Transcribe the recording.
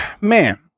man